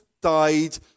died